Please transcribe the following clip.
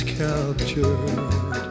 captured